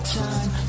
time